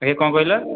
ଆଜ୍ଞା କ'ଣ କହିଲ